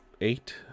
eight